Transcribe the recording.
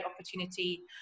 opportunity